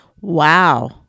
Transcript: Wow